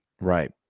right